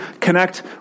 connect